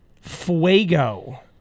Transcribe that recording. fuego